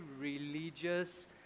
religious